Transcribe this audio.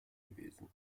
gewesen